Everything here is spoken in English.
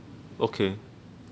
okay